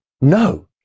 no